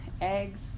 eggs